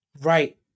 Right